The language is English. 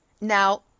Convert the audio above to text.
Now